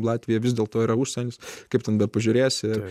latvija vis dėlto yra užsienis kaip ten bepažiūrėsi